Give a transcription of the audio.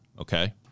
okay